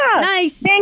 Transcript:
Nice